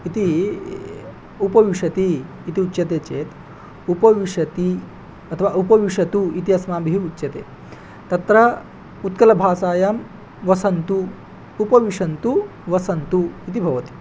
इति उपविशति इति उच्यते चेत् उपविशति अथवा उपविशतु इति अस्माभिः उच्यते तत्र उत्कलभाषायां वसन्तु उपचिशन्तु वसन्तु इति भवति